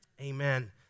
Amen